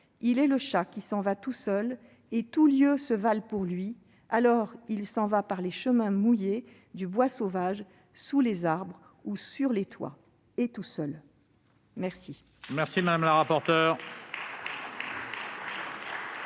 Il est le chat qui s'en va tout seul et tous lieux se valent pour lui. Alors, il s'en va par les chemins mouillés du bois sauvage, sous les arbres ou sur les toits, et tout seul. » Je suis saisi, par M.